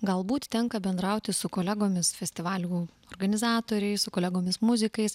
galbūt tenka bendrauti su kolegomis festivalių organizatoriais su kolegomis muzikais